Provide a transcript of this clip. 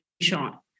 shot